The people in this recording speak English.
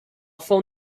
phone